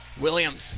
Williams